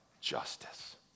justice